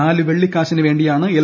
നാലു വെള്ളിക്കാശിന് വേണ്ടിയാണ് എൽ